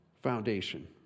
foundation